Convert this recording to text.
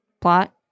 plot